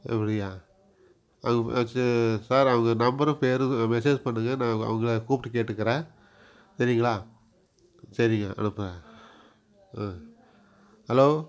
அப்படியா அது ஆ சே சார் அவங்க நம்பரும் பேரும் மெசேஜ் பண்ணுங்க நான் அவு அவங்கள கூப்பிட்டு கேட்டுக்கிறேன் சரிங்களா சரிங்க அனுப்புங்க ஆ ஹலோ